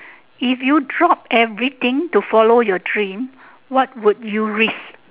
if you drop everything to follow your dream what would you risk